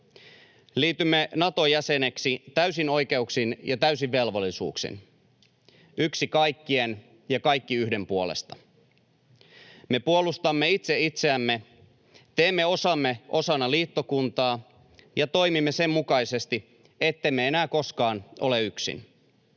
Liitymme Nato-jäseneksi täysin oikeuksin ja täysin velvollisuuksin: yksi kaikkien ja kaikki yhden puolesta. Me puolustamme itse itseämme, teemme osamme osana liittokuntaa ja toimimme sen mukaisesti, ettemme enää koskaan ole yksin.